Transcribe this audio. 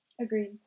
Agreed